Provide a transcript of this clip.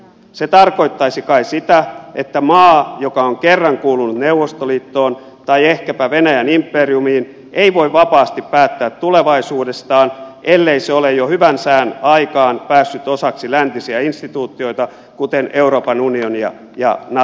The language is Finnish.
se tarkoittaisi kai sitä että maa joka on kerran kuulunut neuvostoliittoon tai ehkäpä venäjän imperiumiin ei voi vapaasti päättää tulevaisuudestaan ellei se ole jo hyvän sään aikaan päässyt osaksi läntisiä instituutioita kuten euroopan unionia ja natoa